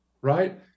right